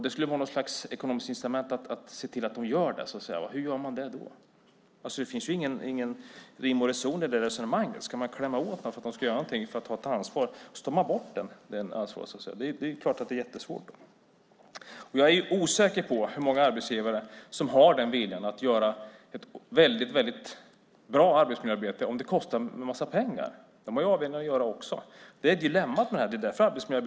Det skulle vara något slags ekonomiskt incitament att se till att de gör det. Hur gör man det? Det finns ingen rim och reson i det resonemanget. Ska man klämma åt dem för att de ska ta ett ansvar och sedan ta bort ansvaret? Det blir ju jättesvårt då. Jag är osäker på hur många arbetsgivare som har viljan att göra ett väldigt bra arbetsmiljöarbete om det kostar en massa pengar. De har ju också avvägningar att göra. Det är dilemmat med detta.